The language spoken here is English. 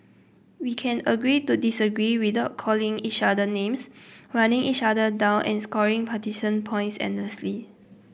we can agree to disagree without calling each other names running each other down and scoring partisan points endlessly